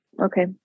Okay